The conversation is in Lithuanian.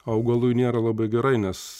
augalui nėra labai gerai nes